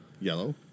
Yellow